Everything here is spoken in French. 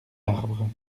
arbres